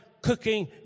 cooking